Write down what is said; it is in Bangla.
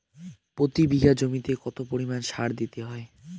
প্রতি বিঘা জমিতে কত পরিমাণ সার দিতে হয়?